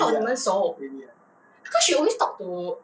oh really ah really ah